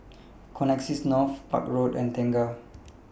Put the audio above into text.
Connexis North Park Road and Tengah